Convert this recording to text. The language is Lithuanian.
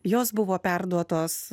jos buvo perduotos